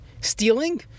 Stealing